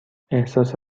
احساس